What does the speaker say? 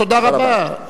תודה רבה.